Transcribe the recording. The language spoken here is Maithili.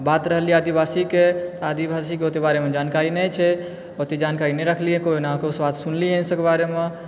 बात रहलैए आदिवासीकऽ आदिवासीकऽ ओतय बारेमऽ जानकारी नहि छै ओतय जानकारी नहि रखलियै कोयना कुशवाहा सुनलेहै एहि सभके बारेमऽ